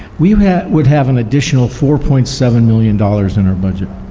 we would have an additional four point seven million dollars in our budget.